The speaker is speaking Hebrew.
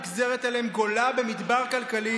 נגזרת עליהם גולה במדבר כלכלי,